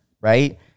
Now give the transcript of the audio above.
Right